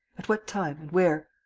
at what time? and where?